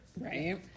Right